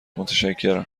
متشکرم